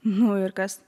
nu ir kas